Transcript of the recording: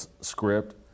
script